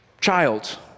Child